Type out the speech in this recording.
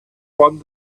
one